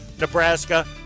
Nebraska